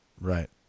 Right